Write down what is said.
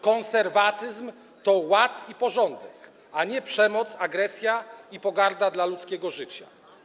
Konserwatyzm to ład i porządek, a nie przemoc, agresja i pogarda dla ludzkiego życia.